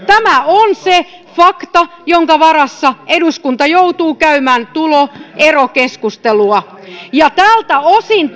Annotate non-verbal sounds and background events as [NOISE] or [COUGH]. tämä on se fakta jonka varassa eduskunta joutuu käymään tuloerokeskustelua tältä osin [UNINTELLIGIBLE]